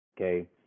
okay